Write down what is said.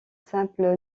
simple